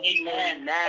Amen